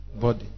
Body